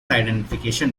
identification